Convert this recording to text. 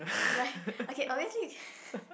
like okay obviously it's